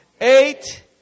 eight